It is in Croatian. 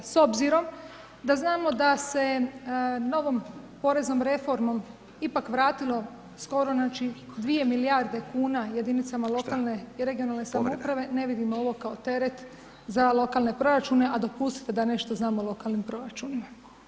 S obzirom da znamo da se novom poreznom reformom, ipak vratilo skoro znači 2 milijarde kuna, jedinicama lokalne i regionalne samouprave, ne vidim ovo kao teret za lokalne proračune, a dopustite da nešto znam o lokalnim proračunima.